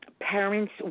parents